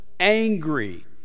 angry